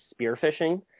spearfishing